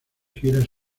giras